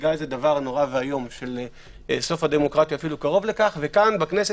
מציגה איזה דבר נורא ואיום של סוף הדמוקרטיה וכאן בכנסת